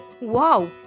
Wow